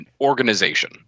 organization